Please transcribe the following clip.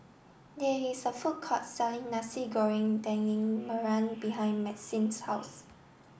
there is a food court selling Nasi Goreng Daging Merah behind Maxine's house